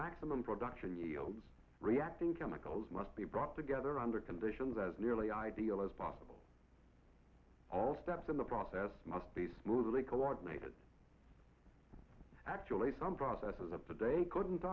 maximum production yields reacting chemicals must be brought together under conditions as nearly ideal as possible all steps in the process must be smoothly coordinated actually some processes of the day couldn't